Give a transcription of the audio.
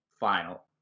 Final